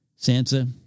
Sansa